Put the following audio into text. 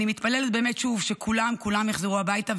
אני מתפללת שוב שכולם כולם יחזרו הביתה,